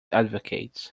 advocates